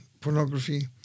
pornography